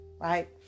right